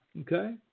Okay